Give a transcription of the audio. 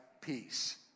peace